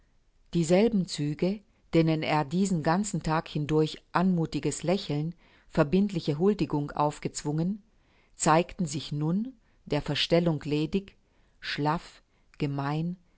dieselben züge denen er diesen ganzen tag hindurch anmuthiges lächeln verbindliche huldigung aufgezwungen zeigten sich nun der verstellung ledig schlaff gemein